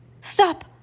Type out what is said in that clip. Stop